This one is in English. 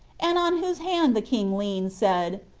and on whose hand the king leaned, said,